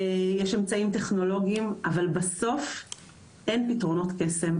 יש אמצעים טכנולוגיים, אבל בסוף אין פתרונות קסם.